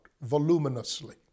voluminously